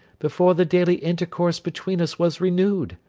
before the daily intercourse between us was renewed.